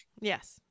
yes